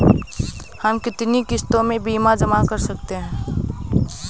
हम कितनी किश्तों में बीमा जमा कर सकते हैं?